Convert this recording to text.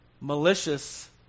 malicious